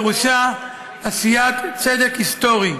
פירושה עשיית צדק היסטורי.